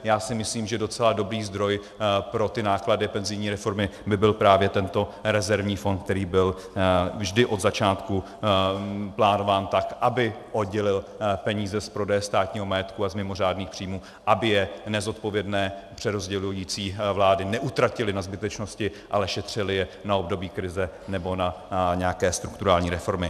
Já si myslím, že docela dobrý zdroj pro ty náklady penzijní reformy by byl právě tento rezervní fond, který byl vždy od začátku plánován tak, aby oddělil peníze z prodeje státního majetku a z mimořádných příjmů, aby je nezodpovědné přerozdělující vlády neutratily na zbytečnosti, ale šetřily je na období krize nebo na nějaké strukturální reformy.